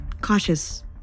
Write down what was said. cautious